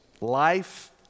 Life